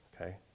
okay